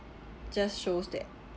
just shows that